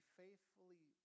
faithfully